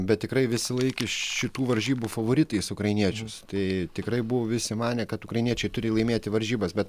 bet tikrai visi laikė šitų varžybų favoritais ukrainiečius tai tikrai buvo visi manė kad ukrainiečiai turi laimėti varžybas bet